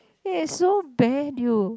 ya so bad you